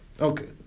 Okay